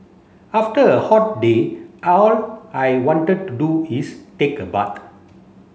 after a hot day all I wanted to do is take a bath